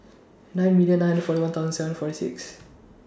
nine million nine hundred forty one thousand seven forty six